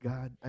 God